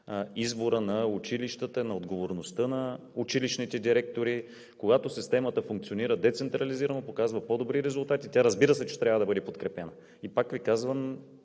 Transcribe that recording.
избора на училищата, на отговорността на училищните директори. Когато системата функционира децентрализирано, показва по-добри резултати – тя, разбира се, че трябва да бъде подкрепена. И пак Ви казвам: